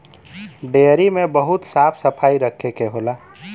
dairy में बहुत साफ सफाई रखे के होला